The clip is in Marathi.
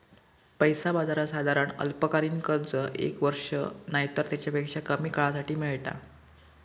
पैसा बाजारात साधारण अल्पकालीन कर्ज एक वर्ष नायतर तेच्यापेक्षा कमी काळासाठी मेळता